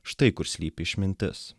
štai kur slypi išmintis